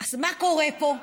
אז מה קורה פה?